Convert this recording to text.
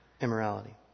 immorality